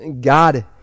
God